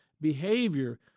behavior